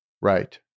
Right